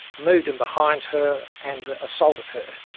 moved in behind her and assaulted her.